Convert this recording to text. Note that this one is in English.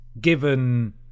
given